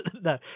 No